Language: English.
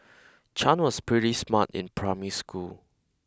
Chan was pretty smart in primary school